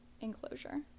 enclosure